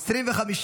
נתקבל.